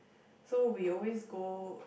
so we always go